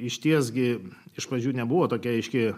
išties gi iš pradžių nebuvo tokia aiški